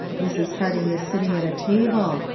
mrs. harding is sitting at a table.